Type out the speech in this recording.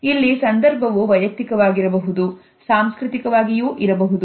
ಇಲ್ಲಿ ಸಂದರ್ಭವೂ ವಯಕ್ತಿವಾಗಿರಬಹುದು ಸಾಂಸ್ಕೃತಿಕವಾಗಿಯೂ ಇರಬಹುದು